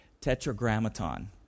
tetragrammaton